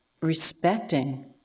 respecting